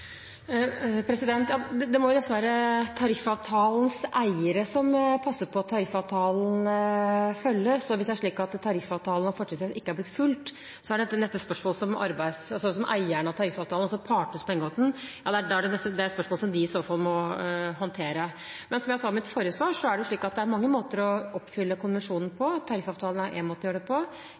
Det må nesten være tariffavtalens eiere som passer på at tariffavtalen følges. Hvis det er slik at tariffavtalen og fortrinnsrett ikke har blitt fulgt, er dette nesten et spørsmål som eierne av tariffavtalen, altså partene som har inngått den, i så fall må håndtere. Men som jeg sa i mitt forrige svar, er det slik at det er mange måter å oppfylle konvensjonen på. Tariffavtalen er én måte å gjøre det på,